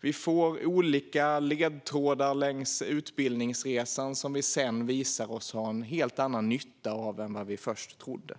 Vi får olika ledtrådar under utbildningsresan som sedan vi sedan visar oss ha en helt annan nytta av än vad vi först trodde.